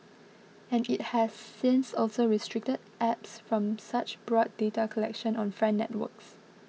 and it has since also restricted apps from such broad data collection on friend networks